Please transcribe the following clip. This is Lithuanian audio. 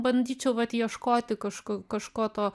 bandyčiau vat ieškoti kažk kažko to